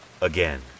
Again